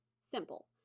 Simple